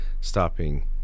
stopping